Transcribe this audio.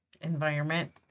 environment